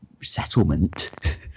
settlement